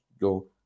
go